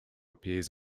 appears